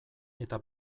eta